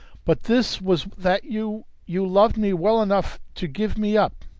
but this was that you you loved me well enough to give me up.